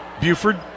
Buford